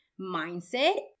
mindset